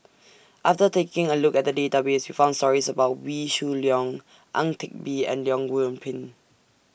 after taking A Look At The Database We found stories about Wee Shoo Leong Ang Teck Bee and Leong Yoon Pin